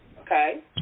Okay